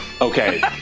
okay